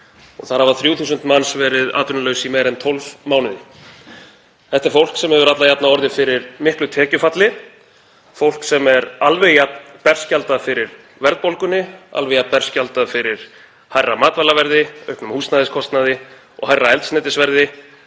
af hafa 3.000 manns verið atvinnulaus í meira en 12 mánuði. Þetta er fólk sem hefur alla jafna orðið fyrir miklu tekjufalli, fólk sem er alveg jafn berskjaldað fyrir verðbólgunni, alveg jafn berskjaldað fyrir hærra matvælaverði, auknum húsnæðiskostnaði og hærra eldsneytisverði